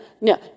no